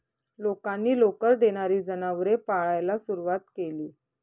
लोकांनी लोकर देणारी जनावरे पाळायला सुरवात केली